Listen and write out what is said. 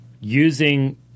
using